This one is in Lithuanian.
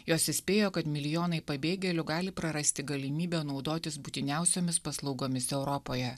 jos įspėjo kad milijonai pabėgėlių gali prarasti galimybę naudotis būtiniausiomis paslaugomis europoje